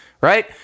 right